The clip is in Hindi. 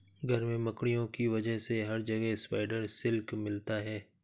घर में मकड़ियों की वजह से हर जगह स्पाइडर सिल्क मिलता है